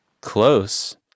Close